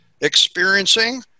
experiencing